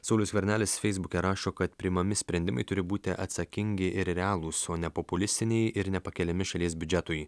saulius skvernelis feisbuke rašo kad priimami sprendimai turi būti atsakingi ir realūs o ne populistiniai ir nepakeliami šalies biudžetui